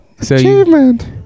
Achievement